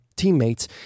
Teammates